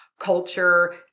culture